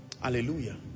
hallelujah